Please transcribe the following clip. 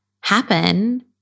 happen